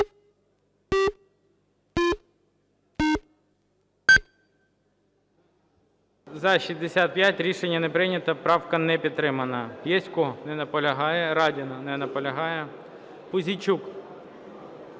За-65 Рішення не прийнято. Правка не підтримана. Ясько. Не наполягає. Радіна. Не наполягає. Пузійчук,